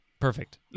Perfect